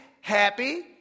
happy